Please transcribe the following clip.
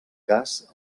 cas